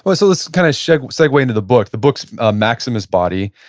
but so let's kind of segway segway into the book. the book's ah maximus body.